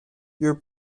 your